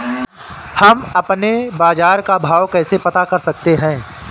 हम अपने बाजार का भाव कैसे पता कर सकते है?